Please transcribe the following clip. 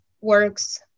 works